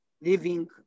living